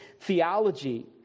theology